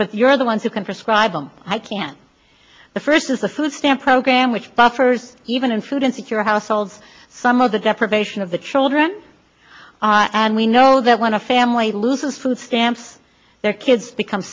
but you're the ones who can prescribe them i can't the first is the food stamp program which buffers even in food insecure households some of the deprivation of the children and we know that when a family loses food stamps their kids become